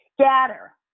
scatter